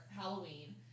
Halloween